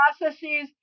processes